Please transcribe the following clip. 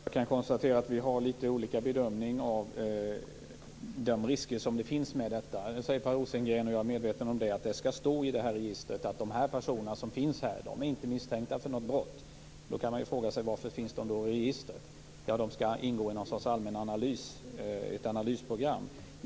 Fru talman! Jag kan konstatera att vi gör litet olika bedömningar av de risker som finns här. Per Rosengren påpekar - och jag är medveten om det - att det i registren skall stå om en person inte är misstänkt för något brott. Då kan man fråga sig varför de skall finnas med i registret. Jo, de skall ingå i något slags analysprogram.